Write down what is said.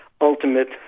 ultimate